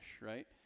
right